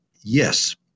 yes